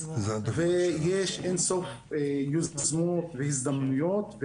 יש אין סוף יוזמות והזדמנויות.